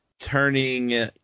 turning